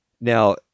Now